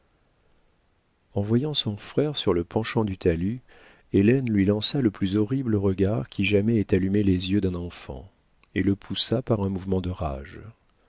en voyant son frère sur le penchant du talus hélène lui lança le plus horrible regard qui jamais ait allumé les yeux d'un enfant et le poussa par un mouvement de rage